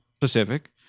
Pacific